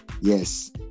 yes